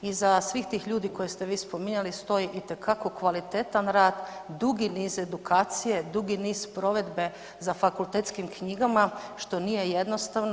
Iza svih tih ljudi koje ste vi spominjali stoji itekako kvalitetan rad, dugi niz edukacije, dugi niz provedbe za fakultetskim knjigama što nije jednostavno.